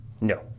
No